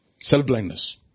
Self-blindness